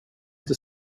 inte